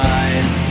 eyes